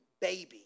baby